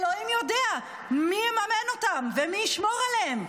אלוהים יודע מי יממן אותם ומי ישמור עליהם,